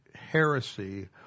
heresy